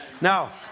Now